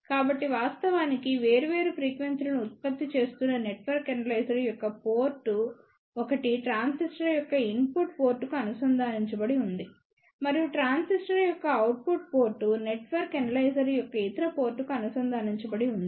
కాబట్టి వాస్తవానికి వేర్వేరు ఫ్రీక్వెన్సీ లను ఉత్పత్తి చేస్తున్న నెట్వర్క్ ఎనలైజర్ యొక్క పోర్ట్ ఒకటి ట్రాన్సిస్టర్ యొక్క ఇన్పుట్ పోర్ట్కు అనుసంధానించబడి ఉంది మరియు ట్రాన్సిస్టర్ యొక్క అవుట్పుట్ పోర్ట్ నెట్వర్క్ ఎనలైజర్ యొక్క ఇతర పోర్ట్కు అనుసంధానించబడి ఉంది